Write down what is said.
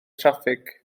traffig